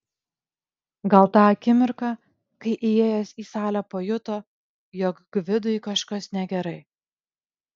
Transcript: gal tą akimirką kai įėjęs į salę pajuto jog gvidui kažkas negerai